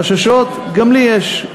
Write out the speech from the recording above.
חששות גם לי יש.